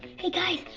hey guys,